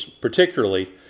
particularly